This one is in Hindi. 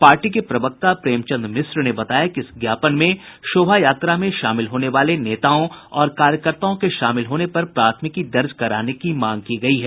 पार्टी के प्रवक्ता प्रेमचन्द मिश्र ने बताया कि इस ज्ञापन में शोभा यात्रा में शामिल होने वाले नेताओं और कार्यकर्ताओं के शामिल होने पर प्राथमिकी दर्ज कराने की मांग की गयी है